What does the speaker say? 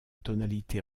tonalité